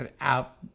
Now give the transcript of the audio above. out